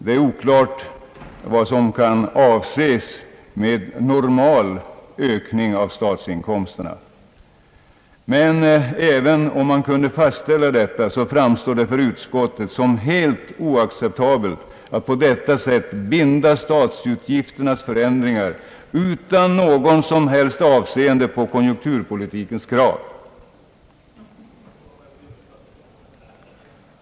Det är oklart vad som menas med »normal» ökning av statsinkomsterna. Men även om man kunde fastställa detta, så framstår det för utskottet som helt oacceptabelt att på detta sätt binda statsutgifternas förändringar utan avseende på konjunkturpolitikens krav.